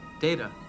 Data